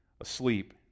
asleep